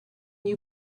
you